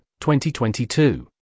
2022